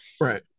Right